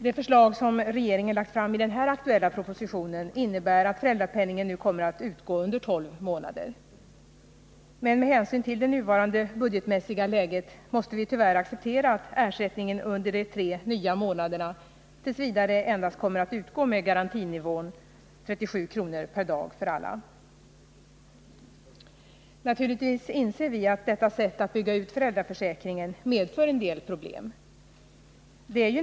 Det förslag som regeringen lagt fram i den här aktuella propositionen, proposition 76, innebär att föräldrapenningen nu kommer att utgå under tolv månader. Men med hänsyn till det nuvarande budgetmässiga läget måste vi tyvärr acceptera att ersättningen under de tre nya månaderna t. v. endast kommer att utgå med garantinivån 37 kr. per dag för alla. Naturligtvis inser vi att detta sätt att bygga ut föräldraförsäkringen medför en del problem.